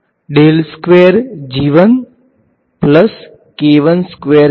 તેથી આ delta function એ તમારું જનરલ ડિરેક ડેલ્ટા ફંક્શન છે